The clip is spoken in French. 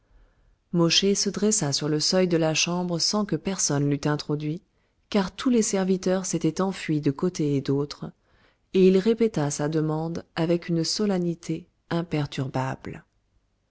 se dressa sur le seuil de la chambre sans que personne l'eût introduit car tous les serviteurs s'étaient enfuis de côté et d'autre et il répéta sa demande avec une solennité imperturbable